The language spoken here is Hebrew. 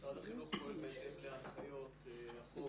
משרד החינוך פועל בהתאם להנחיות החוק.